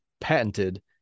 patented